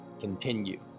continue